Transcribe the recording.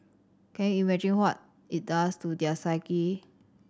can you imagine what it does to their psyche